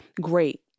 Great